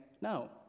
no